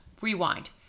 Rewind